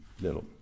little